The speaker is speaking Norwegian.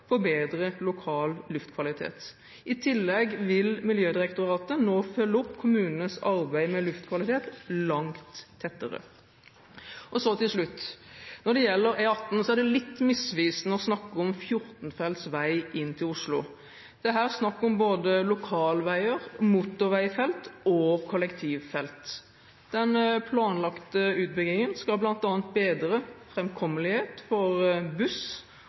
lokal luftkvalitet. I tillegg vil Miljødirektoratet nå følge opp kommunenes arbeid med luftkvalitet langt tettere. Til slutt: Når det gjelder E18, er det litt misvisende å snakke om 14-felts vei inn til Oslo. Det er her snakk om både lokalveier, motorveifelt og kollektivfelt. Den planlagte utbyggingen skal bl.a. bedre framkommelighet for buss